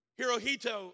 Hirohito